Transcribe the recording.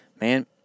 man